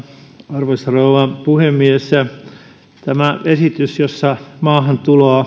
arvoisa rouva puhemies tämä esitys jossa maahantuloa